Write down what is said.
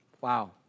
Wow